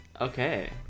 Okay